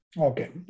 Okay